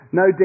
no